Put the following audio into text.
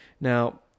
Now